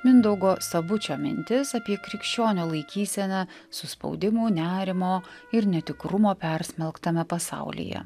mindaugo sabučio mintis apie krikščionio laikysena suspaudimo nerimo ir netikrumo persmelktame pasaulyje